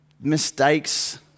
mistakes